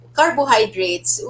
Carbohydrates